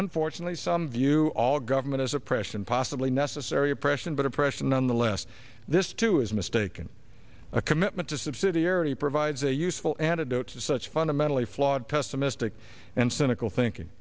unfortunately some view all government as oppression possibly necessary oppression but oppression nonetheless this too is mistaken a commitment to subsidiary provides a useful antidote to such fundamentally flawed pessimistic and cynical thinking